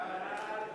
בעד?